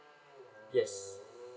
yes